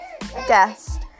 guest